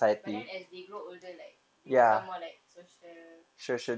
but then as they grow older like they become more like social